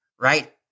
right